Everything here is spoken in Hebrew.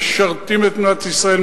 משרתים את מדינת ישראל,